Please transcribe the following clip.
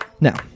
Now